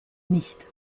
nicht